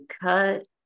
cut